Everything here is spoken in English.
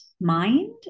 Mind